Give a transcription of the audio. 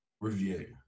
review